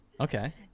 Okay